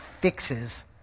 fixes